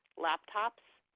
laptops,